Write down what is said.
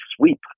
sweep